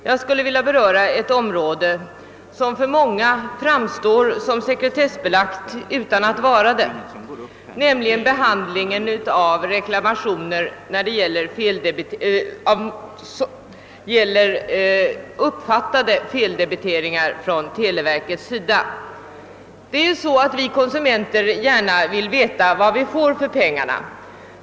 Jag skulle vilja beröra ett område som för många människor framstår såsom sekretessbelagt utan att vara det, nämligen behandlingen av reklamationer som gäller sådana debiteringar från televerket som man har uppfattat såsom feldebiteringar. Vi konsumenter vill gärna veta vad vi får för våra pengar.